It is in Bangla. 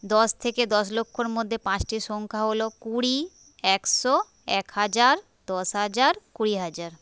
দশ থেকে দশ লক্ষের মধ্যে পাঁচটি সংখ্যা হল কুড়ি একশো এক হাজার দশ হাজার কুড়ি হাজার